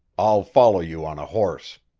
i'll follow you on a horse.